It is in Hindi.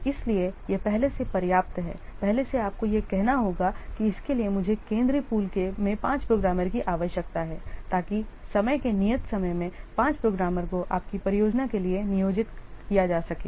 तो इसलिए यह पहले से पर्याप्त है पहले से आपको यह कहना होगा कि इसके लिए मुझे केंद्रीय पूल में 5 प्रोग्रामर की आवश्यकता है ताकि समय के नियत समय में 5 प्रोग्रामर को आपकी परियोजना के लिए नियोजित किया जा सके